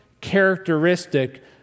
characteristic